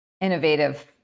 innovative